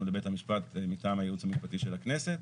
לבית המשפט מטעם הייעוץ המשפטי של הכנסת.